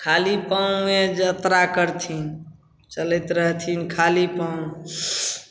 खाली पाँवे यात्रा करथिन चलैत रहथिन खाली पाँव